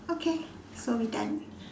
okay so we done